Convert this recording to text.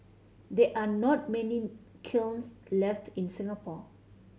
there are not many kilns left in Singapore